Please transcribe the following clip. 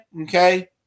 okay